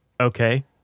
okay